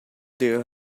deu